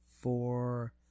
four